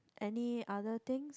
any other things